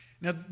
Now